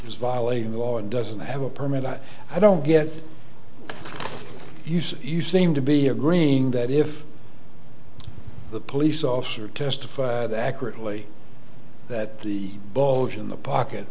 is violating the law and doesn't have a permit i i don't get you so you seem to be agreeing that if the police officer testified accurately that the bulge in the pocket